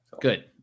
Good